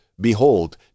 Behold